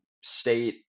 state